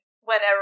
whenever